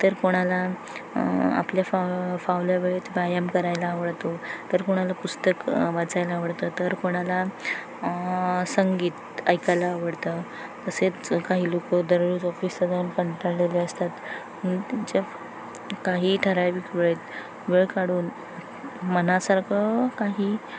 तर कोणाला आपल्या फा फावल्या वेळेत व्यायाम करायला आवडतो तर कोणाला पुस्तक वाचायला आवडतं तर कोणाला संगीत ऐकायला आवडतं तसेच काही लोकं दररोज ऑफिसला जाऊन कंटाळलेले असतात त्यांच्या काही ठराविक वेळेत वेळ काढून मनासारखं काही